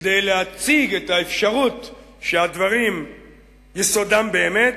אך כדי להציג את האפשרות שהדברים יסודם במציאות,